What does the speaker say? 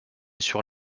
sur